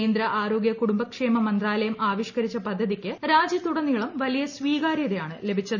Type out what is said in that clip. കേന്ദ്ര ആരോഗ്യ കുടുംബക്ഷേമ മന്ത്രാലയം ആവിഷ്കരിച്ച പദ്ധതിക്ക് രാജ്യത്തുടനീളം വലിയ സ്വീകാര്യതയാണ് ലഭിച്ചത്